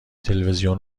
تلویزیون